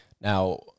now